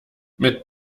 mit